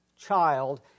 child